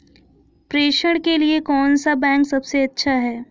प्रेषण के लिए कौन सा बैंक सबसे अच्छा है?